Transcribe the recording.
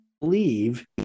believe